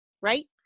Right